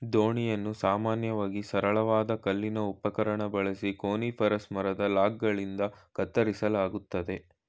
ದೋಣಿಯನ್ನು ಸಾಮಾನ್ಯವಾಗಿ ಸರಳವಾದ ಕಲ್ಲಿನ ಉಪಕರಣ ಬಳಸಿ ಕೋನಿಫೆರಸ್ ಮರದ ಲಾಗ್ಗಳಿಂದ ಕತ್ತರಿಸಲಾಗ್ತದೆ